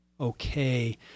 okay